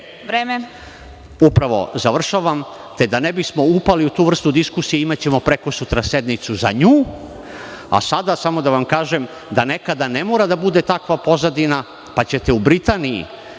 završavam. Da ne bismo upali u tu vrstu diskusije, imaćemo prekosutra sednicu za nju. Sada samo da vam kažem da nekada ne mora du bude takva pozadina, pa ćete u Britaniji